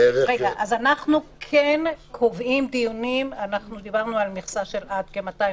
אנחנו כן קובעים דיונים, דיברנו על מכסה של כ-250.